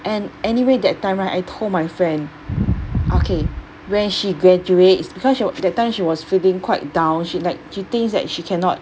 and anyway that time right I told my friend okay when she graduates because she was that time she was feeling quite down she like she thinks that she cannot